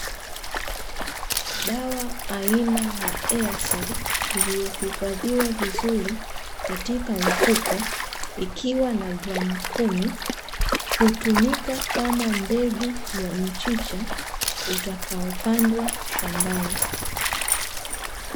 Dawa aina ya "EASEED" iliyohifadhiwa vizuri, katika mfuko ikiwa na gramu kumi, hutumika kama mbegu ya mchicha, utakaopandwa shambani.